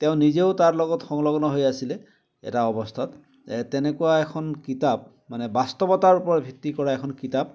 তেওঁ নিজেও তাৰ লগত সংলগ্ন হৈ আছিলে এটা অৱস্থাত তেনেকুৱা এখন কিতাপ মানে বাস্তৱতাৰ ওপৰত ভিত্তি কৰা এখন কিতাপ